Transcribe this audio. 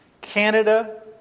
Canada